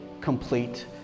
complete